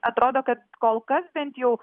atrodo kad kol kas bent jau